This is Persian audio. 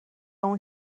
اون